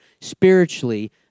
spiritually